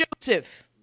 Joseph